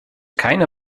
keine